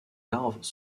larves